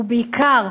ובעיקר,